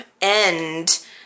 end